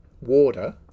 water